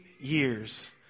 years